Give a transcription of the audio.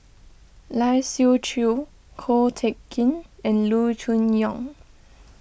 Lai Siu Chiu Ko Teck Kin and Loo Choon Yong